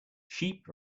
sheep